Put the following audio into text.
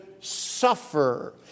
suffer